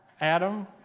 Adam